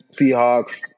Seahawks